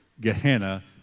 Gehenna